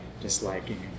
disliking